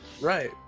Right